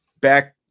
back